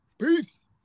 Peace